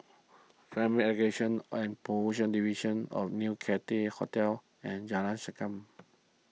Family Education and Promotion Division a New Cathay Hotel and Jalan Segam